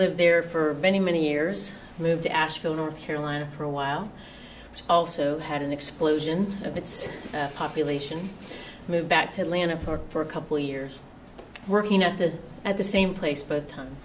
lived there for many many years moved to asheville north carolina for a while but also had an explosion of its population moved back to atlanta for a couple years working at the at the same place both time